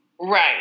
Right